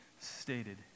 stated